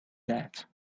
that